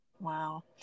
Wow